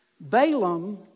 Balaam